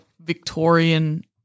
Victorian